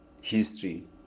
history